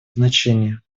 значение